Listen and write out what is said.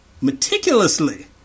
meticulously